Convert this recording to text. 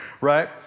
Right